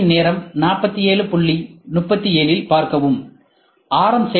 திரையின் நேரம் 4737இல் பார்க்கவும் ஆர்